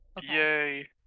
Yay